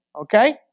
Okay